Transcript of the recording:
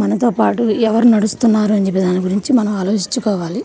మనతో పాటు ఎవరు నడుస్తున్నారు అని చెప్పే దాని గురించి మనం ఆలోచించుకోవాలి